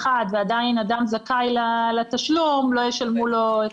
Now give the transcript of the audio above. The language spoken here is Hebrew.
ועדיין אדם זכאי לתשלום לא ישלמו לו.